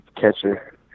catcher